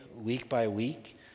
week-by-week